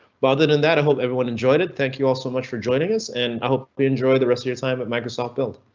but other than that i hope everyone enjoyed it. thank you all so much for joining us and i hope you enjoy the rest of your time at microsoft build.